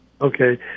Okay